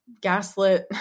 gaslit